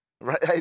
Right